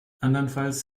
andernfalls